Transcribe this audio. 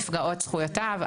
לא נפגעות זכויותיו.